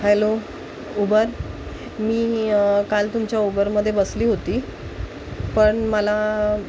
hello Uber मी काल तुमच्या उबरमध्ये बसले होते पण मला